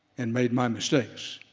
and made my mistakes.